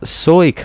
soy